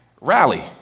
Rally